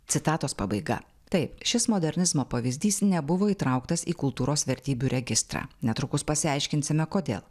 citatos pabaiga taip šis modernizmo pavyzdys nebuvo įtrauktas į kultūros vertybių registrą netrukus pasiaiškinsime kodėl